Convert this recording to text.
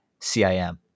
CIM